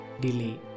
delay